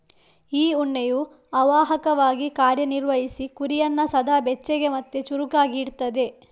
ಈ ಉಣ್ಣೆಯು ಅವಾಹಕವಾಗಿ ಕಾರ್ಯ ನಿರ್ವಹಿಸಿ ಕುರಿಯನ್ನ ಸದಾ ಬೆಚ್ಚಗೆ ಮತ್ತೆ ಚುರುಕಾಗಿ ಇಡ್ತದೆ